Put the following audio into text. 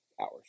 hours